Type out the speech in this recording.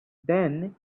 then